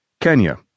Kenya